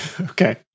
Okay